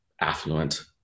affluent